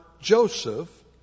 Joseph